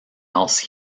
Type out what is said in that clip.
else